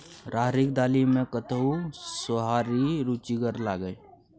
राहरिक दालि मे कतहु सोहारी रुचिगर लागय?